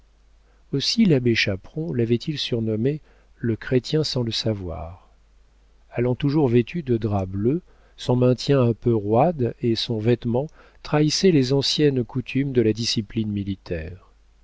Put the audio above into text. aussi l'abbé chaperon l'avait-il surnommé le chrétien sans le savoir allant toujours vêtu de drap bleu son maintien un peu roide et son vêtement trahissaient les anciennes coutumes de la discipline militaire